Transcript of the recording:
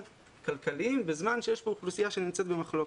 כלכליים בזמן שיש כאן אוכלוסייה שנמצאת במחלוקת.